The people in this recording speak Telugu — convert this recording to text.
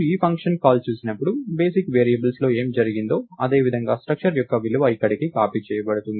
మీరు ఈ ఫంక్షన్ కాల్ చూసినప్పుడు బేసిక్ వేరియబుల్స్ లో ఏమి జరిగిందో అదే విధంగా స్ట్రక్చర్ యొక్క విలువ ఇక్కడకు కాపీ చేయబడుతుంది